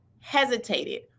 hesitated